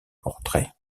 portraits